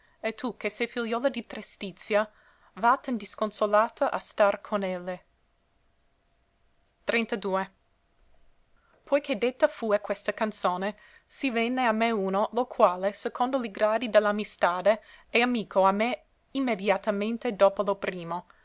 e tu che se figliuola di trestizia vatten disconsolata a star con elle i che detta fue questa canzone sì venne a me uno lo quale secondo li gradi de l'amistade è amico a me immediatamente dopo lo primo